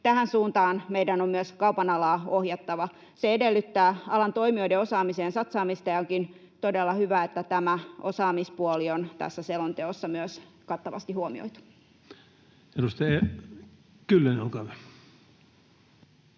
Tähän suuntaan meidän on myös kaupan alaa ohjattava. Se edellyttää alan toimijoiden osaamiseen satsaamista, ja onkin todella hyvä, että myös tämä osaamispuoli on tässä selonteossa kattavasti huomioitu. Edustaja Kyllönen, olkaa hyvä.